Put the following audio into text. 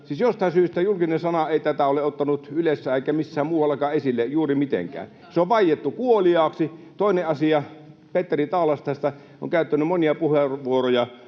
jostain syystä julkinen sana ei tätä ole ottanut esille juuri mitenkään, ei Ylessä eikä missään muuallakaan. Se on vaiettu kuoliaaksi. Toinen asia: Petteri Taalas tästä on käyttänyt monia puheenvuoroja.